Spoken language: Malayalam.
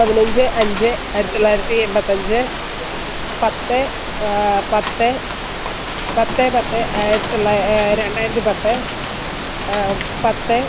പതിനഞ്ച് അഞ്ച് ആയിരത്തി തൊള്ളായിരത്തി എൺപത്തഞ്ച് പത്ത് പത്ത് പത്ത് പത്ത് ആയിരത്തി തൊള്ളാ രണ്ടായിരത്തി പത്ത് പത്ത്